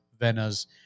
Vena's